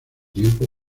tiempo